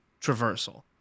traversal